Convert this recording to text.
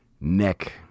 neck